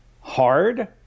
hard